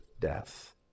death